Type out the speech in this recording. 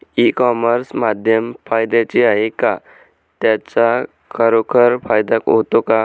E commerce माध्यम फायद्याचे आहे का? त्याचा खरोखर फायदा होतो का?